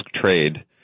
trade